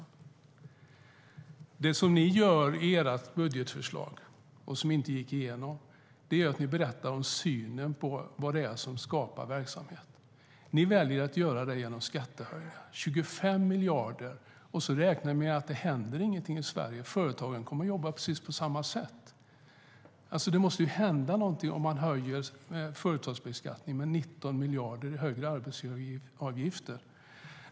Men det måste ju hända någonting om man ökar företagsbeskattningen med 19 miljarder i form av högre arbetsgivaravgifter.